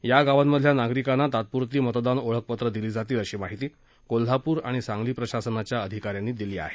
या गावांमधल्या नागरिकांना तात्पुरती मतदान ओळखपत्रं दिली जातील अशी माहिती कोल्हापूर आणि सांगली प्रशासनाच्या अधिकाऱ्यांनी दिली आहे